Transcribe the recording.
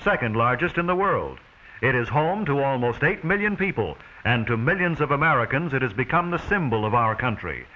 second largest in the world it is home to almost eight million people and to millions of americans it has become the symbol of our country